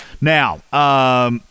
Now